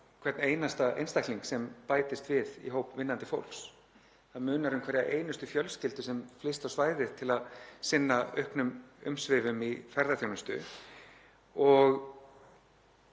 hvern einasta einstakling sem bætist við í hóp vinnandi fólks, það munar um hverja einustu fjölskyldu sem flyst á svæðið til að sinna auknum umsvifum í ferðaþjónustu. Ég